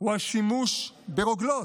הוא השימוש ברוגלות.